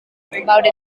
about